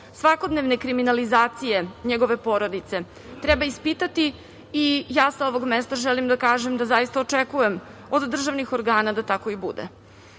svakodnevne kriminalizacije njegove porodice, treba ispitati i ja sa ovog mesta želim da kažem da zaista očekujem od državnih organa da tako i